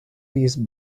these